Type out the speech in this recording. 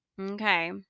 Okay